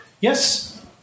Yes